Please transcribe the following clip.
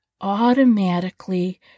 automatically